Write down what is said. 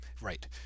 Right